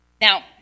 Now